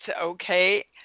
okay